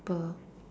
cheaper